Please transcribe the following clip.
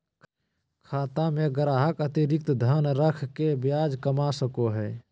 खाता में ग्राहक अतिरिक्त धन रख के ब्याज कमा सको हइ